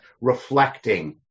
reflecting